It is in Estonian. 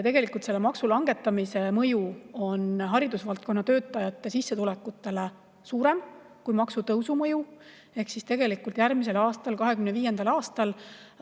Tegelikult on selle maksu langetamise mõju haridusvaldkonna töötajate sissetulekutele suurem kui maksutõusu mõju ehk järgmisel aastal, 2025. aastal